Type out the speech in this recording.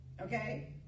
okay